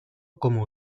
como